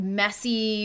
messy